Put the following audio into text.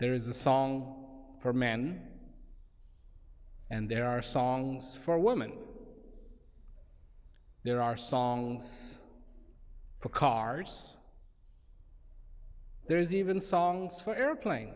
there is a song for men and there are songs for women there are songs for cars there's even songs for airplane